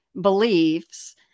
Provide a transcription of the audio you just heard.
beliefs